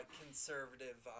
conservative